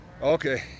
Okay